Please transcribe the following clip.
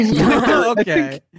okay